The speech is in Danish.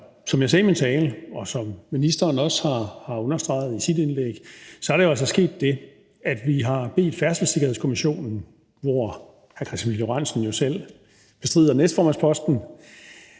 Som jeg sagde i min tale, og som ministeren også har understreget i sit indlæg, er der jo altså sket det, at vi har bedt Færdselssikkerhedskommissionen, hvor hr. Kristian Pihl Lorentzen jo selv bestrider næstformandsposten,